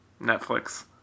Netflix